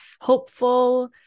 hopeful